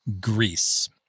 Greece